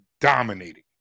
dominating